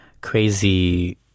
crazy